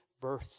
birth